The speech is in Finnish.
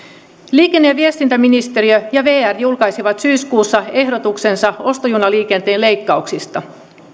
liikenne ja viestintäministeriö ja vr julkaisivat syyskuussa ehdotuksensa ostojunaliikenteen leikkauksista